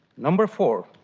number four.